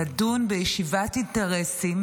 לדון בישיבת אינטרסים